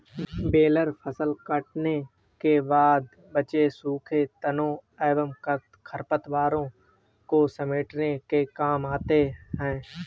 baler फसल कटने के बाद बचे हुए सूखे तनों एवं खरपतवारों को समेटने के काम आते हैं